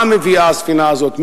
מה מביאה הספינה הזאת,